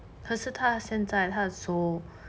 可是他现在他的手